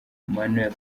manuel